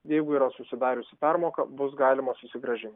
jeigu yra susidariusi permoka bus galima susigrąžin